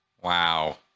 Wow